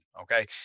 Okay